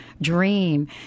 dream